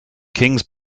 kings